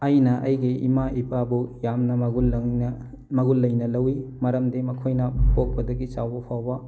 ꯑꯩꯅ ꯑꯩꯒꯤ ꯏꯃꯥ ꯏꯄꯥꯕꯨ ꯌꯥꯝꯅ ꯃꯒꯨꯟ ꯂꯪꯅ ꯃꯒꯨꯟ ꯂꯩꯅ ꯂꯧꯋꯤ ꯃꯔꯝꯗꯤ ꯃꯈꯣꯏꯅ ꯄꯣꯛꯄꯗꯒꯤ ꯆꯥꯎꯕ ꯐꯥꯎꯕ